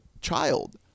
child